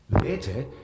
later